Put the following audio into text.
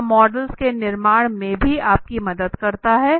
यह मॉडल्स के निर्माण में भी आपकी मदद करता है